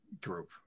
group